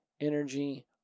energy